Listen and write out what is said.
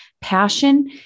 passion